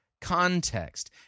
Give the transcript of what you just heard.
context